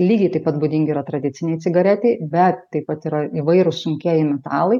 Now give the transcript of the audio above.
lygiai taip pat būdingi yra tradicinei cigaretei bet taip pat yra įvairūs sunkieji metalai